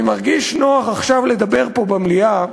אני מרגיש נוח עכשיו לדבר פה במליאה,